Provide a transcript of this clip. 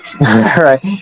right